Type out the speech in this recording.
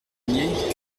nier